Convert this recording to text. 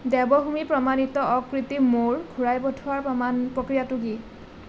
দেৱভূমি প্ৰমাণিত অকৃত্ৰিম মৌৰ ঘূৰাই পঠিওৱাৰ প্ৰক্ৰিয়াটো কি